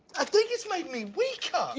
i think it's made me weaker.